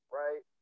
right